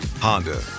Honda